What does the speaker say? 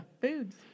Foods